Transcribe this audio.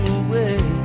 away